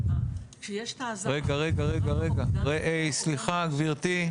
כשיש את האזהרה --- רגע, רגע, סליחה גברתי.